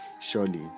surely